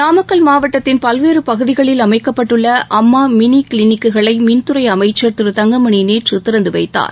நாமக்கல் மாவட்டத்தின் பல்வேறு பகுதிகளில் அமைக்கப்பட்டுள்ள அம்மா மினி கிளினிக்குகளை மின்துறை அமைச்சர் திரு தங்கமணி நேற்று திறந்து வைத்தார்